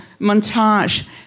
montage